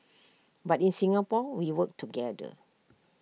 but in Singapore we work together